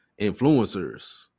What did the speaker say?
influencers